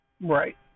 Right